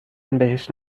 بهش